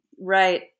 right